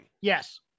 Yes